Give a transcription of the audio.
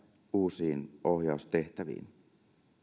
uusiin ohjaustehtäviin